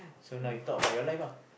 so now you talk about your life lah